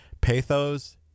pathos